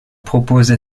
propose